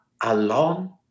alone